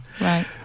Right